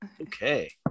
Okay